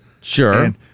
Sure